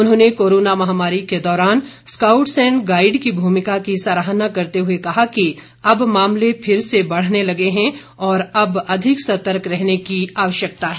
उन्होंने कोरोना महामारी के दौरान स्काउट्स एंड गाईड की भूमिका की सराहना करते हुए कहा कि अब मामले फिर से बढ़ने लगे हैं और अब अधिक सतर्क रहने की आवश्यकता है